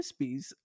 Krispies